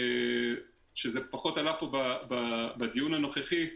זה פחות עלה פה בדיון הנוכחי,